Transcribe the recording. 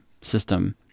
system